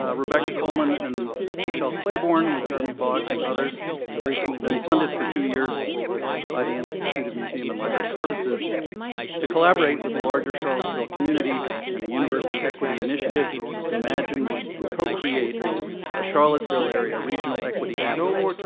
ah rebecca coleman and michele claibourn with jeremy boggs and others have recently been funded for two years by the institute of museum and library services to collaborate with larger charlottesville community and a university equity initiative to imagine and co-create a charlottesville area equity atlas,